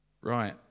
Right